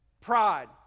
Pride